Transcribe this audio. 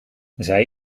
zij